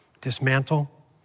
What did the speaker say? Dismantle